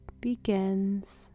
begins